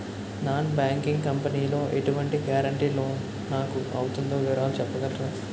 Non banking company లో ఎటువంటి guarantee loan నాకు అవుతుందో వివరాలు చెప్పగలరా?